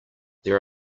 there